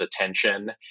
attention